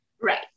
Right